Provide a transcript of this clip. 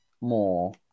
more